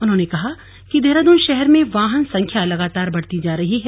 उन्होंने कहा कि देहरादून शहर में वाहन संख्या लगातार बढ़ती जा रही है